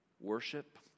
Worship